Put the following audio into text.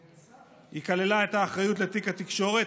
היא כללה את האחריות לתיק התקשורת,